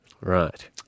Right